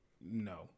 no